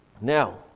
Now